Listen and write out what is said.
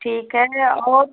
ठीक है और